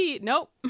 Nope